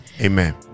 Amen